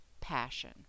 passion